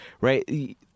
right